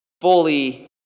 fully